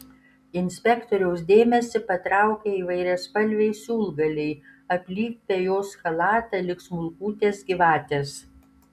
inspektoriaus dėmesį patraukia įvairiaspalviai siūlgaliai aplipę jos chalatą lyg smulkutės gyvatės